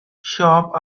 shop